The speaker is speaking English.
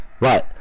Right